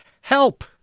help